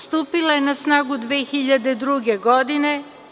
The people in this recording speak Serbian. Stupila je na snagu 2002. godine.